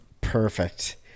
Perfect